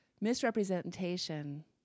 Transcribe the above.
misrepresentation